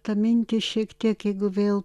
tą mintį šiek tiek jeigu vėl